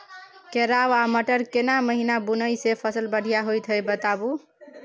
केराव आ मटर केना महिना बुनय से फसल बढ़िया होत ई बताबू?